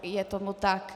Je tomu tak.